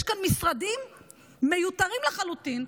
יש כאן משרדים מיותרים לחלוטין,